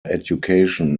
education